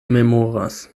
memoras